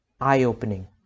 eye-opening